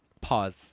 Pause